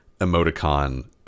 emoticon